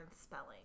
spelling